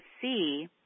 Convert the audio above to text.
see